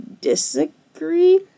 disagree